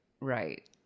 Right